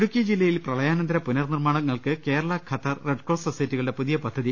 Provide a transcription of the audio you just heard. ഇടുക്കി ജില്ലയിൽ പ്രളയാനന്തര പുനർ നിർമ്മാണങ്ങൾക്ക് കേര ള ഖത്തർ റെഡ്ക്രോസ് സൊസൈറ്റികളുടെ പുതിയ പദ്ധതി